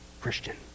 Christian